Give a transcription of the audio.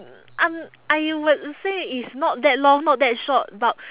um I would say it's not that long not that short about